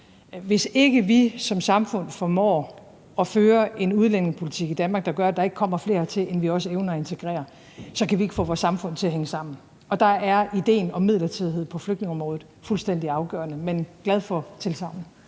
Hvis ikke vi som samfund formår at føre en udlændingepolitik i Danmark, der gør, at der ikke kommer flere hertil, end vi også evner at integrere, så kan vi ikke få vores samfund til at hænge sammen. Og der er idéen om midlertidighed på flygtningeområdet fuldstændig afgørende – men jeg er glad for tilsagnet.